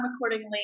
accordingly